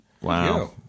Wow